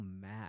mad